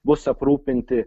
bus aprūpinti